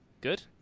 Good